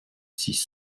six